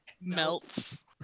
melts